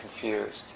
confused